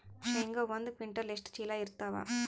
ಶೇಂಗಾ ಒಂದ ಕ್ವಿಂಟಾಲ್ ಎಷ್ಟ ಚೀಲ ಎರತ್ತಾವಾ?